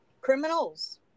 criminals